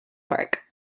park